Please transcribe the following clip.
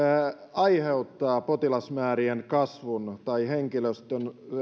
aiheuttaa potilasmäärien kasvun tai henkilöstön